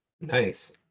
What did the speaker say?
Nice